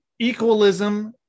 Equalism